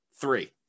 three